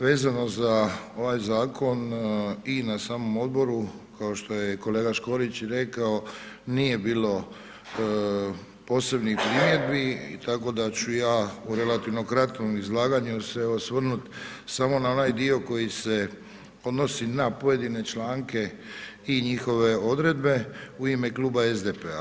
Vezano za ovaj zakon, i na samom odboru, kao što je i kolega Škorić rekao, nije bilo posebnih primjedbi, tako da ću ja u relativno kratkom izlaganju se osvrnuti samo na onaj dio koji se odnosi na pojedine članke i njihove odredbe u ime Kluba SDP-a.